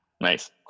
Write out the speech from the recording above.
Nice